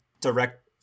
direct